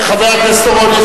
חבר הכנסת אורון,